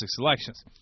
elections